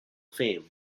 fame